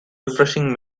refreshing